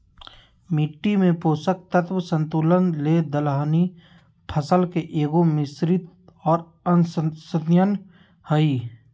मिट्टी में पोषक तत्व संतुलन ले दलहनी फसल के एगो, मिश्रित और अन्तर्शस्ययन हइ